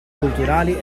culturali